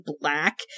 black